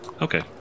Okay